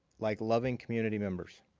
like loving community members.